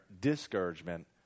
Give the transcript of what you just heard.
discouragement